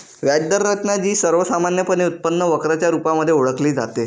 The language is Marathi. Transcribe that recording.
व्याज दर रचना, जी सर्वसामान्यपणे उत्पन्न वक्र च्या रुपामध्ये ओळखली जाते